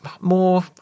more